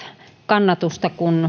kannatusta kun